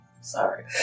Sorry